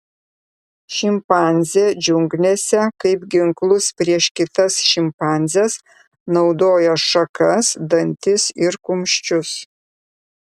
šimpanzė džiunglėse kaip ginklus prieš kitas šimpanzes naudoja šakas dantis ir kumščius